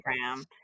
Instagram